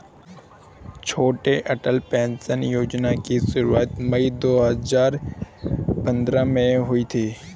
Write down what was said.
छोटू Atal pension योजना की शुरुआत मई दो हज़ार पंद्रह में हुई थी